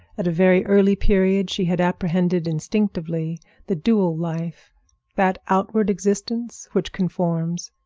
at a very early period she had apprehended instinctively the dual life that outward existence which conforms,